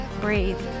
breathe